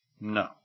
No